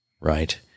right